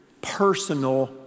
Personal